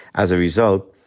as a result,